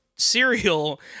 cereal